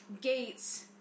gates